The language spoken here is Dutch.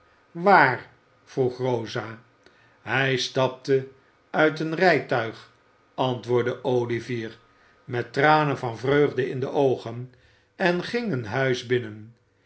waar vroeg rosa hij stapte uit een rijtuig antwoordde olivier met tranen van vreugde in de oogen en ging een huis binnen